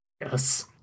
Yes